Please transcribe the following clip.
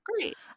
great